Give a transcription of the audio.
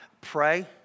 pray